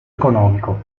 economico